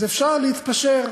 אז אפשר להתפשר,